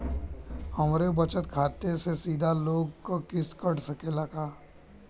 हमरे बचत खाते से सीधे लोन क किस्त कट सकेला का?